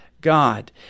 God